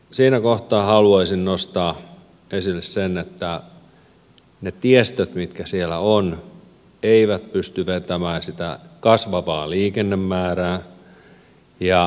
siinä kohtaa haluaisin nostaa esille sen että ne tiestöt mitkä siellä ovat eivät pysty vetämään sitä kasvavaa liikennemäärää